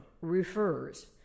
refers